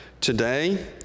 today